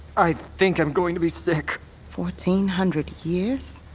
i think i'm going to be sick fourteen hundred years?